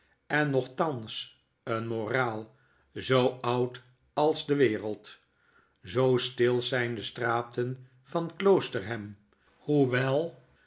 en nochtans een moraal zoo oud als de wereld zoo stil zijn de straten van kloosterham hoewel